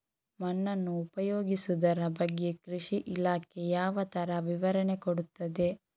ಮಣ್ಣನ್ನು ಉಪಯೋಗಿಸುದರ ಬಗ್ಗೆ ಕೃಷಿ ಇಲಾಖೆ ಯಾವ ತರ ವಿವರಣೆ ಕೊಡುತ್ತದೆ?